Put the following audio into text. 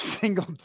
single